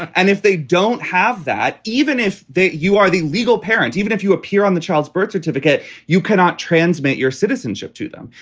and if they don't have that, even if you are the legal parent, even if you appear on the child's birth certificate, you cannot transmit your citizenship to them.